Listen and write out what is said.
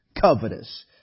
covetous